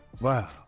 Wow